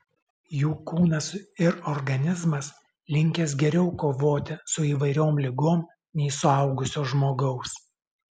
jų kūnas ir organizmas linkęs geriau kovoti su įvairiom ligom nei suaugusio žmogaus